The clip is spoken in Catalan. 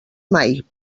mai